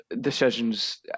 decisions